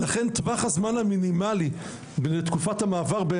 ולכן טווח הזמן המינימלי לתקופת המעבר,